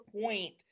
point